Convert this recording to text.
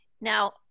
Now